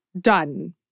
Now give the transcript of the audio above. done